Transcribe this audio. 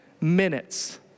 minutes